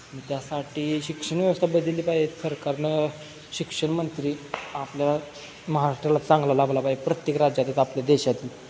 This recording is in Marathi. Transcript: त्यासाठी शिक्षण व्यवस्था बदलली पाहिजेत सरकारनं शिक्षण मंत्री आपल्या महाराष्ट्राला चांगला लाभला पाहिजे प्रत्येक राज्यातच आपल्या देशातील